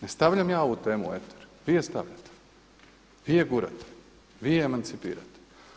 Ne stavljam ja ovu temu u eter, vi je stavljate, vi je gurate, vi je emancipirate.